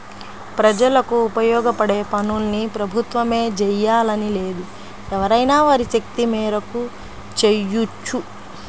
ప్రజలకు ఉపయోగపడే పనుల్ని ప్రభుత్వమే జెయ్యాలని లేదు ఎవరైనా వారి శక్తి మేరకు చెయ్యొచ్చు